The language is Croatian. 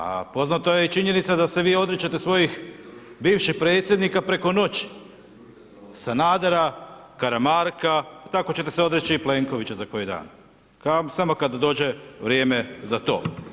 A poznata je i činjenica da se vi odričete svojih bivših predsjednika preko noći Sanadera, Karamarka, tako ćete se odreći i Plenkovića za koji dan samo kada dođe vrijeme za to.